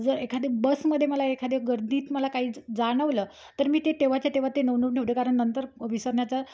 जर एखादे बसमध्ये मला एखादे गर्दीत मला काही जाणवलं तर मी ते तेव्हाच्या तेव्हा ते नोंदवून ठेवते कारण नंतर विसरण्याचा